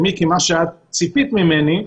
למה שאת ציפית ממני,